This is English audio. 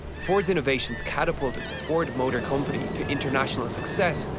ford's innovations catapulted the ford motor company to international success,